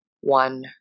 one